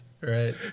Right